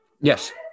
Yes